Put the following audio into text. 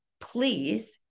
Please